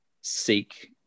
seek